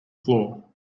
floor